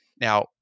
now